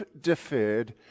deferred